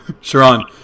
Sharon